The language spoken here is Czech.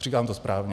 Říkám to správně?